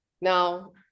Now